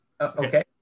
Okay